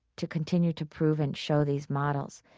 to continue to prove and show these models,